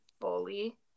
fully